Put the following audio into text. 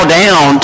down